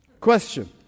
Question